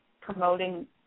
promoting